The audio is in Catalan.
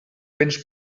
béns